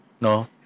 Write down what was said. no